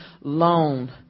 loan